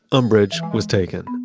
umbrage was taken.